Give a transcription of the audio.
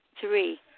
Three